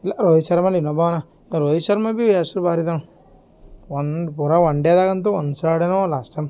ಇಲ್ಲ ರೋಹಿತ್ ಶರ್ಮನ ಇನ್ನೊಬ್ಬ ಅವ್ನೆ ರೋಹಿತ್ ಶರ್ಮ ಬಿ ಹೆಸರು ಭಾರಿ ಇದವೆ ಒನ್ ಪೂರ ಒನ್ ಡೇದಾಗಂತು ಒನ್ಸ್ ಆಡ್ಯನೊ ಲಾಸ್ಟ ಟೈಮ್